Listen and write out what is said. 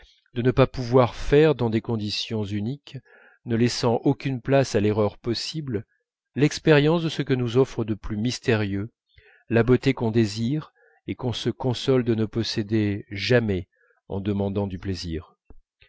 de ne pas pouvoir faire dans des conditions uniques ne laissant aucune place à l'erreur possible l'expérience de ce que nous offre de plus mystérieux la beauté qu'on désire et qu'on se console de ne posséder jamais en demandant du plaisir